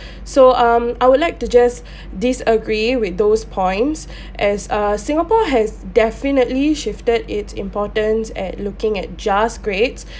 so um I would like to just disagree with those points as uh singapore has definitely shifted its importance at looking at just grades